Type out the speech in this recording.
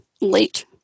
late